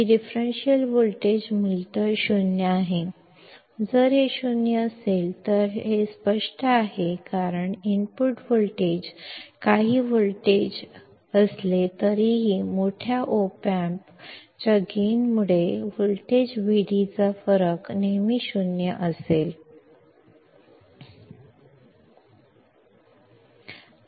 differential voltage ಮೂಲಭೂತವಾಗಿ 0 ಎಂದು ನಾವು ಭಾವಿಸುತ್ತೇವೆ ಇದು ಮೂಲಭೂತವಾಗಿ 0 ಆಗಿದ್ದರೆ ಇದು ಸ್ಪಷ್ಟವಾಗಿರುತ್ತದೆ ಏಕೆಂದರೆ ಇನ್ಪುಟ್ ವೋಲ್ಟೇಜ್ ನಲ್ಲಿ ಕೆಲವು ವೋಲ್ಟ್ಗಳಿದ್ದರೂ ಸಹ ದೊಡ್ಡ ಒಪಾಮ್ಪ್ ಗಳಿಕೆಯಿಂದಾಗಿ ವೋಲ್ಟೇಜ್ ವಿಡಿಯ ವ್ಯತ್ಯಾಸವು ಯಾವಾಗಲೂ 0 ಆಗಿರುತ್ತದೆ